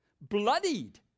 bloodied